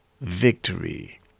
victory